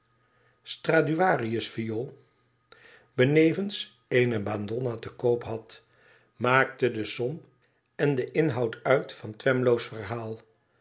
benevens eene madonna te koop had maakte de som en den inhoud uit van twemlow's verhaal